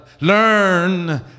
learn